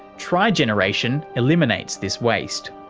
trigeneration eliminates this waste.